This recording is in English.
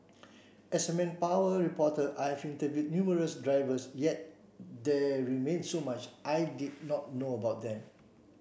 as a manpower reporter I have interviewed numerous drivers yet there remained so much I did not know about them